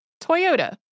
Toyota